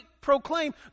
proclaim